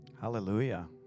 Hallelujah